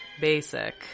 basic